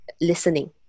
listening